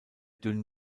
dünn